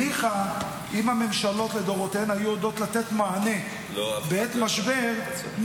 ניחא אם הממשלות לדורותיהן היו יודעות לתת מענה בעת משבר.